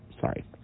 sorry